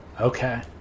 Okay